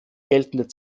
geltenden